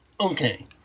Okay